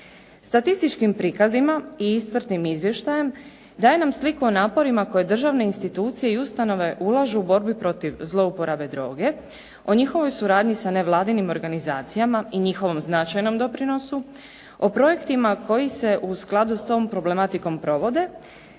Statističkim prikazima i iscrpnim izvještajem daje nam sliku o naporima koje državne institucije i ustanove ulaže u borbi protiv zlouporabe droge, o njihovoj suradnji sa nevladinim organizacijama i njihovom značajnom doprinosu, o projektima koji se u skladu s tom problematikom provode,